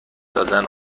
دادن